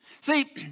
See